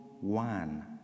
one